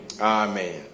Amen